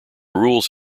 rules